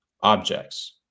objects